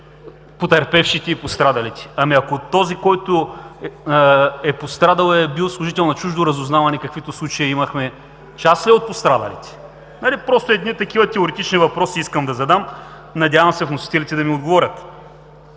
Ами, ако този, който е пострадал, е бил служител на чуждо разузнаване, каквито случаи имахме, част ли е от пострадалите? Такива едни теоретични въпроси искам да задам, надявам се вносителите да ми отговорят.